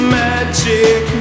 magic